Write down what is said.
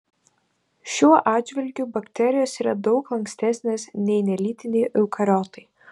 šiuo atžvilgiu bakterijos yra daug lankstesnės nei nelytiniai eukariotai